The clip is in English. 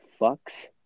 fucks